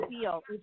feel